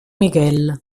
miguel